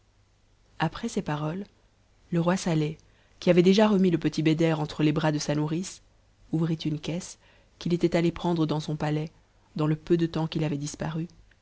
après ces paroles le roi saleh qui avait déjà remis le petit beder entre les bras de sa nourrice ouvrit une caisse qu'if était allé prendre dans son palais dans le peu de temps qu'if avait disparu